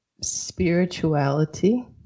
spirituality